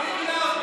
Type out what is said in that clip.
מי מינה אותו?